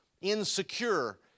insecure